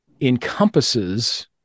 encompasses